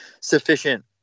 sufficient